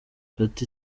ati